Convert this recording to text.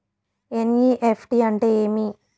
NEFT అంటే ఏమి